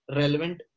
relevant